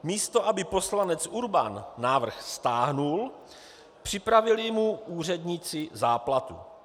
Místo aby poslanec Urban návrh stáhl, připravili mu úředníci záplatu.